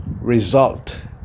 result